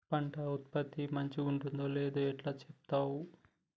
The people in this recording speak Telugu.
పంట ఉత్పత్తి మంచిగుందో లేదో ఎట్లా చెప్తవ్?